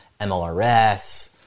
MLRS